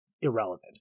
irrelevant